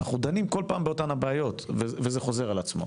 אנחנו דנים כל פעם באותן בעיות וזה חזור על עצמו.